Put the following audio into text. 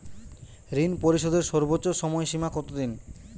ঋণ পরিশোধের সর্বোচ্চ সময় সীমা কত দিন?